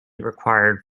required